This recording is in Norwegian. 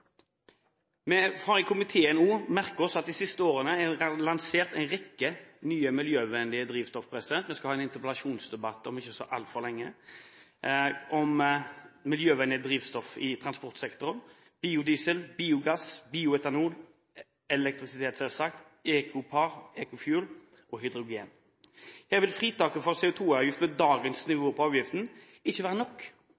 Vi har i komiteen merket oss at det de siste årene er lansert en rekke nye miljøvennlige drivstoff. Vi skal ha en interpellasjonsdebatt om ikke så altfor lenge om miljøvennlige drivstoff i transportsektoren – biodiesel, biogass, bioetanol, elektrisitet, selvsagt, EcoPar, EcoFuel og hydrogen. Med dagens nivå på avgiften vil fritaket for